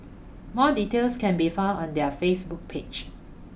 more details can be found on their Facebook page